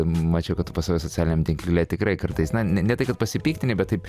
mačiau kad pas save socialiniame tinkle tikrai kartais na ne tai kad pasipiktinę bet taip